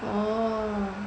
oh